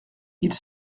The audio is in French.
ils